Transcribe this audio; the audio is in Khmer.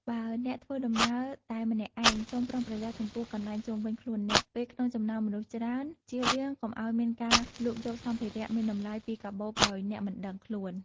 បើអ្នកធ្វើដំណើរតែម្នាក់ឯង សូមប្រុងប្រយ័ត្នចំពោះកន្លែងជុំវិញខ្លួនអ្នក ពេលក្នុងចំណោមមនុស្សច្រើន ចៀសវាងកុំឱ្យមានការលូកយកសម្ភារៈមានតម្លៃពីកាបូបដោយអ្នកមិនដឹងខ្លួន។